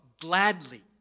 gladly